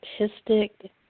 artistic